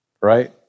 right